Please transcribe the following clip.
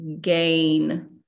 gain